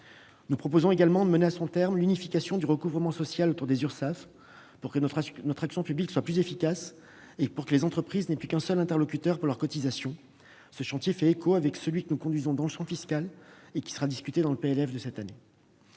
Nous proposons également de mener à son terme l'unification du recouvrement social autour des Urssaf pour que notre action publique soit plus efficace et que les entreprises n'aient plus qu'un seul interlocuteur pour leurs cotisations. Ce chantier fait écho à celui que nous conduisons dans le champ fiscal et qui sera discuté dans le projet de